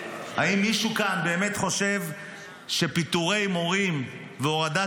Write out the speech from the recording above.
האם מישהו כאן באמת חושב שפיטורי מורים והורדת